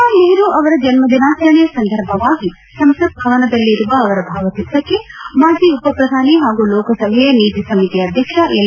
ಮೋತಿಲಾಲ್ ನೆಹರು ಅವರ ಜನ್ನದಿನಾಚರಣೆ ಸಂದರ್ಭವಾಗಿ ಸಂಸತ್ ಭವನದಲ್ಲಿರುವ ಅವರ ಭಾವಚಿತ್ರಕ್ಷೆ ಮಾಜಿ ಉಪಪ್ರಧಾನಿ ಹಾಗೂ ಲೋಕಸಭೆಯ ನೀತಿ ಸಮಿತಿಯ ಅಧ್ಯಕ್ಷ ಎಲ್